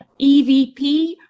EVP